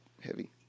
heavy